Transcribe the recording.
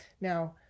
Now